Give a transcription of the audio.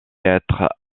être